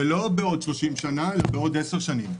ולא בעוד 30 שנים אלא בעוד 10 שנים.